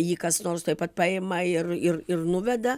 jį kas nors tuoj pat paima ir ir ir nuveda